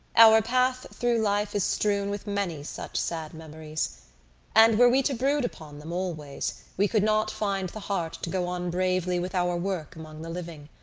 our path through life is strewn with many such sad memories and were we to brood upon them always we could not find the heart to go on bravely with our work among the living.